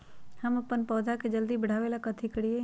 हम अपन पौधा के जल्दी बाढ़आवेला कथि करिए?